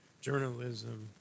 journalism